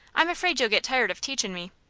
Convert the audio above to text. i'm afraid you'll get tired of teachin' me.